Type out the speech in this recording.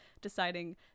deciding